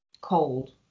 cold